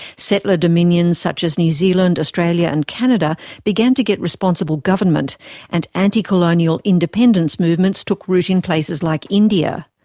settler dominions such as new zealand, australia and canada began to get responsible government and anti-colonial independence movements took root in places like india.